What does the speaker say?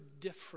different